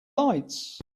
lights